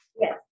Yes